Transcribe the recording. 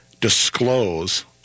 disclose